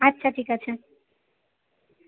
আচ্ছা ঠিক আছে